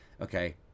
okay